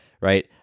right